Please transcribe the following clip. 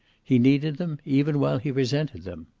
he needed them even while he resented them.